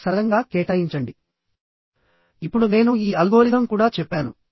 కానీ ఈ భాగం లో ఆ విధంగా ఉండదు ఇక్కడ కొంచెం లాగింగ్ లో ఉంటుంది